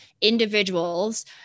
individuals